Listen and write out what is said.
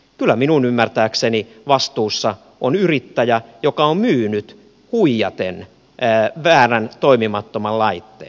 kyllä minun ymmärtääkseni vastuussa on yrittäjä joka on myynyt huijaten väärän toimimattoman laitteen